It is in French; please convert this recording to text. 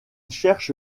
cherche